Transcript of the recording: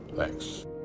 Thanks